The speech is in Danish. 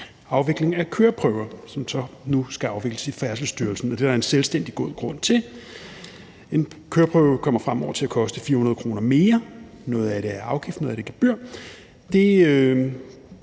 afvikling af køreprøver, som så nu skal afvikles i Færdselsstyrelsen. Det er der en selvstændig god grund til. En køreprøve kommer fremover til at koste 400 kr. mere, noget af det er afgift, noget af det er gebyr. Det